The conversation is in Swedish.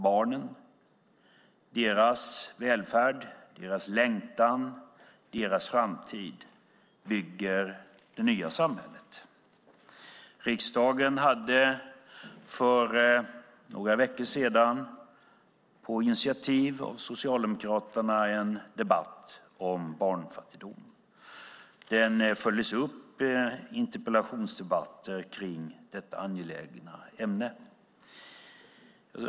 Barnen, deras välfärd, deras längtan och deras framtid bygger det nya samhället. Riksdagen hade för några veckor sedan på initiativ av Socialdemokraterna en debatt om barnfattigdom. Den följdes upp av interpellationsdebatter i detta angelägna ämne.